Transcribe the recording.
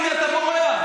הינה, אתה בורח.